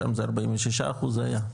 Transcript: שם זה 46% היה,